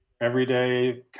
everyday